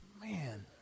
Man